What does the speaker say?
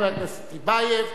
חבר הכנסת טיבייב,